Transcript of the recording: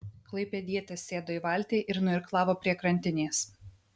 klaipėdietis sėdo į valtį ir nuirklavo prie krantinės